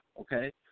Okay